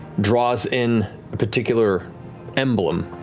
draws in a particular emblem,